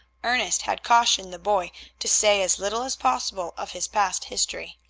ernest had cautioned the boy to say as little as possible of his past history.